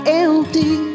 empty